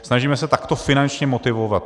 Snažíme se takto finančně motivovat.